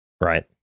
right